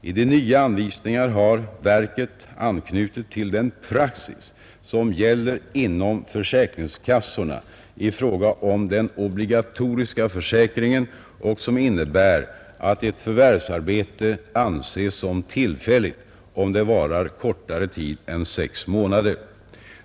I de nya anvisningarna har verket anknutit till den praxis som gäller inom försäkringskassorna i fråga om den obligatoriska försäkringen och som innebär att ett förvärvsarbete anses som tillfälligt om det varar kortare tid än 6 månader.